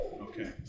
okay